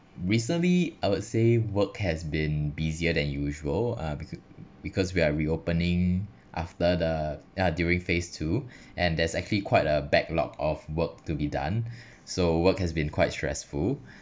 recently I would say work has been busier than usual uh beca~ because we are reopening after the ya during phase two and there's actually quite a backlog of work to be done so work has been quite stressful